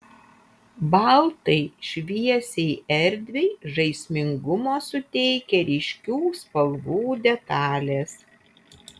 baltai šviesiai erdvei žaismingumo suteikia ryškių spalvų detalės